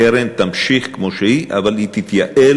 הקרן תמשיך כמו שהיא, אבל היא תתייעל.